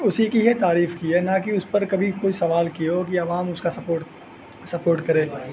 اسی کی ہی تعریف کی ہے نہ کہ اس پر کبھی کوئی سوال کی ہو کہ عوام اس کا سپورٹ سپورٹ کرے بھائی